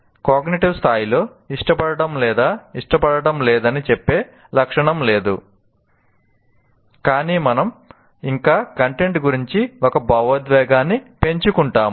cognitive స్థాయిలో ఇష్టపడటం లేదా ఇష్టపడటం లేదని చెప్పే లక్షణం లేదు కాని మనము ఇంకా కంటెంట్ గురించి ఒక భావోద్వేగాన్ని పెంచుకుంటాము